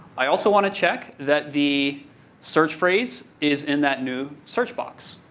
i also want to check that the search phrase is in that new search box.